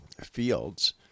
fields